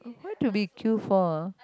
what do we queue for ah